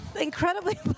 incredibly